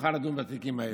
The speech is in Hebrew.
שתוכל לדון בתיקים האלה?